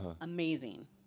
Amazing